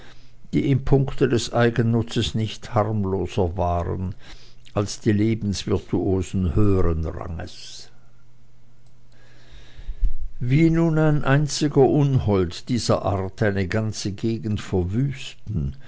die im punkte des eigennutzes nicht harmloser waren als die lebensvirtuosen höhern ranges wie nun ein einziger unhold dieser art eine ganze gegend verwüsten